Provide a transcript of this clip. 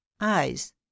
Eyes